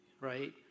right